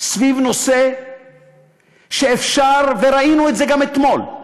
סביב נושא שאפשר, וראינו את זה גם אתמול,